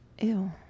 Ew